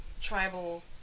tribal